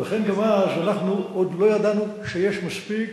ולכן גם אז אנחנו עוד לא ידענו שיש מספיק,